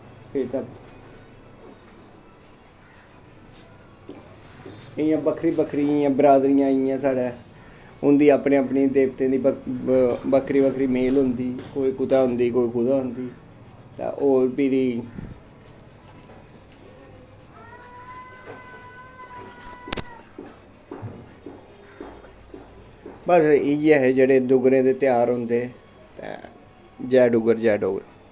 फ्ही ते इ'यां बक्खरियां बक्खरियां बरादरियां आइयां साढ़ै उं'दी अपनी अपनी देवतें दा बक्खरी बक्खरी मेल होंदी कोई कुतै होंदी कोई कुतै होंदी ते होर फ्ही बस इ'यै हे जेह्ड़े डोगरें दे तेेहार होंदे ते जै डुग्गर जै डोगरी